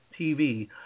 TV